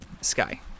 Sky